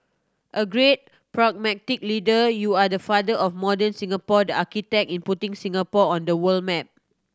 a great pragmatic leader you are the father of modern Singapore the architect in putting Singapore on the world map